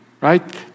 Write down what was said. right